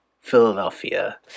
Philadelphia